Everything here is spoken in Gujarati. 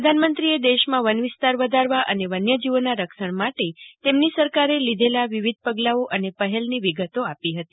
પ્રધાનમંત્રીએ દેશમાં વનવિસ્તાર વધારવા અને વન્ય જીવોના રક્ષણ માટે તેમની સરકારે લીધેલા વિવિધ પગલાંઓ અને પહેલની વિગતો આપી હતી